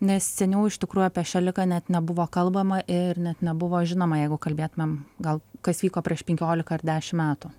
nes seniau iš tikrųjų apie šią ligą net nebuvo kalbama ir net nebuvo žinoma jeigu kalbėtumėm gal kas vyko prieš penkiolika ar dešimt metų